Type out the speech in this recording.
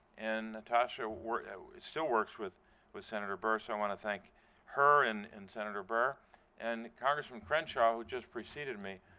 and natasha work still works with with senator burr, i so want to thank her and and senator burr and congressman crenshaw, who just preceded me.